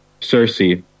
cersei